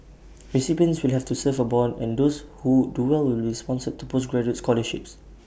recipients will have to serve A Bond and those who do well will be sponsored for postgraduate scholarships